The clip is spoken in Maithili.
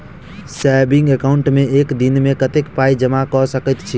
सेविंग एकाउन्ट मे एक दिनमे कतेक पाई जमा कऽ सकैत छी?